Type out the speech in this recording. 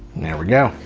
there we go,